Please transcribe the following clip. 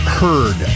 heard